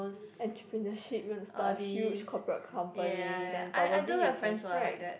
entrepreneurship you want to start a huge corporate company then probably you can right